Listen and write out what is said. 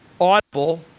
audible